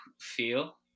feel